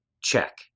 Check